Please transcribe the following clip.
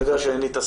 אני אומר את זה.